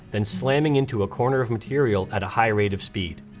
than slamming into a corner of material at a high rate of speed.